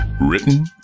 written